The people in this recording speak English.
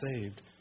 saved